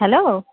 hello